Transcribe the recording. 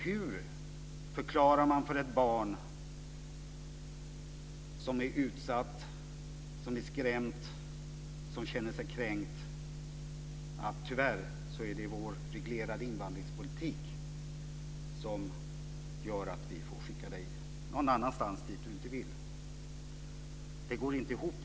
Hur förklarar man för ett barn som är utsatt, skrämt och känner sig kränkt: Tyvärr, det är vår reglerade invandringspolitik som gör att vi får skicka dig någon annanstans där du inte vill? Det går inte ihop.